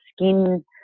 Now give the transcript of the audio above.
skin